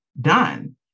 done